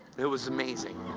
it was amazing.